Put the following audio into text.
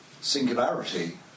singularity